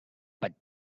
but